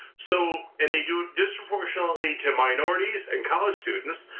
so and they do disproportionately to minorities and college students,